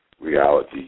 reality